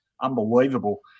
Unbelievable